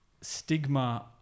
stigma